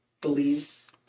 believes